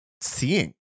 seeing